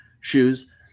shoes